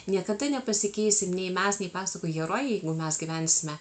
niekada nepasikeis ir nei mes nei pasakų herojai mes gyvensime